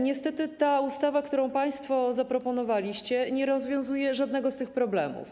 Niestety ta ustawa, którą państwo zaproponowaliście, nie rozwiązuje żadnego z tych problemów.